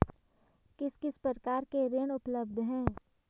किस किस प्रकार के ऋण उपलब्ध हैं?